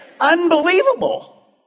unbelievable